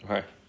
Right